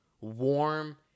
warm